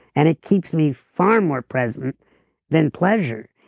and it keeps me far more present than pleasure,